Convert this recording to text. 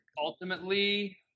Ultimately